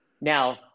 Now